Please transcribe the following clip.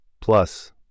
Plus